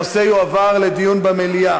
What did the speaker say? הנושא יועבר לדיון במליאה.